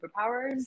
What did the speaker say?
superpowers